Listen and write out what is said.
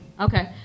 Okay